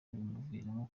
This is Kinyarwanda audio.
bimuviramo